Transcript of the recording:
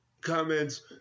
comments